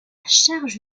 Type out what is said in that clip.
charge